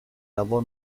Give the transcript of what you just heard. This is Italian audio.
lavò